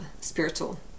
spiritual